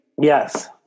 Yes